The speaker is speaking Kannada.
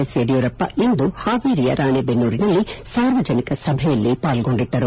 ಎಸ್ ಯಡಿಯೂರಪ್ಪ ಇಂದು ಪಾವೇರಿಯ ರಾಣೆಬೆನ್ನೂರಿನಲ್ಲಿ ಸಾರ್ವಜನಿಕ ಸಭೆಯಲ್ಲಿ ಪಾಲ್ಗೊಂಡಿದ್ದರು